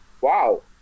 wow